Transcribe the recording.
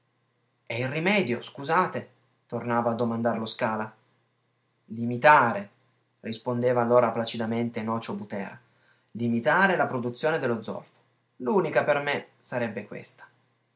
e il rimedio scusate tornava a domandare lo scala limitare rispondeva allora placidamente nocio butera limitare la produzione dello zolfo l'unica per me sarebbe questa